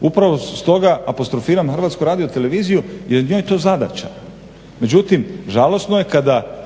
Upravo su stoga apostrofiram Hrvatsku radioteleviziju jer je njoj to zadaća. Međutim, žalosno je kada